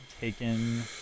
taken